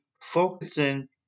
focusing